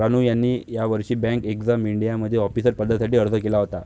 रानू यांनी यावर्षी bank exam इंडियामध्ये ऑफिसर पदासाठी अर्ज केला होता